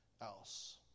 else